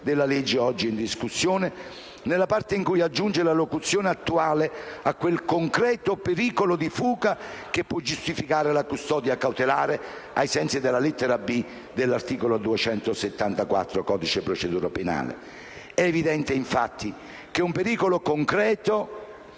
provvedimento oggi in discussione, nella parte in cui aggiunge la locuzione «attuale» a quel «concreto pericolo di fuga» che può giustificare la custodia cautelare, ai sensi della lettera *b)* dell'articolo 274 del codice di procedura penale. È evidente, infatti, che un pericolo concreto